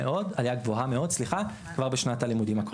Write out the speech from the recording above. גבוהה מאוד כבר בשנת הלימודים הקרובה.